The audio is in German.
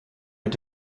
mit